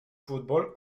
football